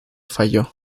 falló